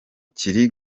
kiri